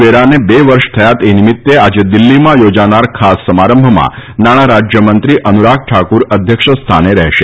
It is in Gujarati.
વેરાને બે વર્ષ થયા એ નિમિત્તે આજે દિલ્હીમાં યોજાનાર ખાસ સમારંભમાં નાણાં રાજ્યમંત્રી અનુરાગ ઠાકુર અધ્યક્ષ સ્થાને રહેશે